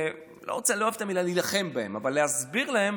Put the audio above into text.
להסביר להם